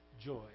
joy